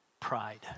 pride